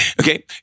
okay